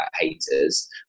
haters